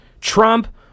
Trump